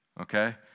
okay